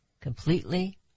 completely